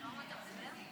חברת הכנסת.